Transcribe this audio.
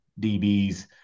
DBs